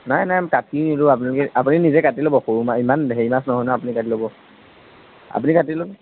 নাই নাই কাটি নিদিওঁ আপুনি আপুনি নিজে কাটি ল'ব সৰু মা ইমান হেৰি মাছ নহয় নহয় আপুনি কাটি ল'ব আপুনি কাটি ল'ব